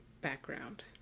background